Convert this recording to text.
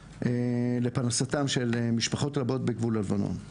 לפרנסתם של משפחות רבות בגבול הלבנון.